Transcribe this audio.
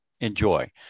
enjoy